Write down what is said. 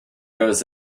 goes